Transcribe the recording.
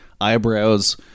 eyebrows